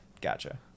Gotcha